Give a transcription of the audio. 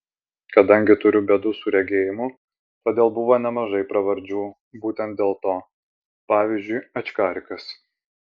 kadangi turiu bėdų su regėjimu todėl buvo nemažai pravardžių būtent dėl to pavyzdžiui ačkarikas